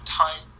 time